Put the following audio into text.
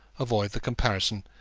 avoid the comparison,